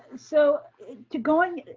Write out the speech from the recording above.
so going,